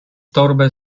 torbę